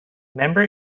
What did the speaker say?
member